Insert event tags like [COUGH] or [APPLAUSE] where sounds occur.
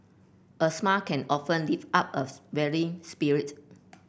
a smile can often lift up a [UNINTELLIGIBLE] weary spirit